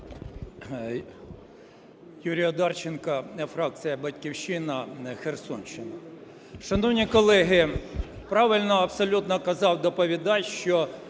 Юрій Одарченко, фракція "Батьківщина", Херсонщина. Шановні колеги, правильно абсолютно казав доповідач, що